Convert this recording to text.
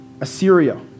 Assyria